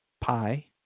Pi